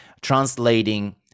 translating